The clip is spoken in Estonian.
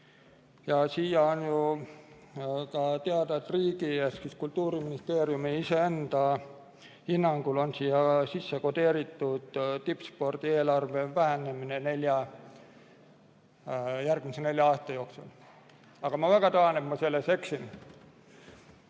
Ja on ju ka teada, et riigi ja Kultuuriministeeriumi enda hinnangul on siia sisse kodeeritud tippspordi eelarve vähenemine järgmise nelja aasta jooksul. Aga ma väga tahan, et ma selles eksin.